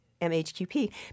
MHQP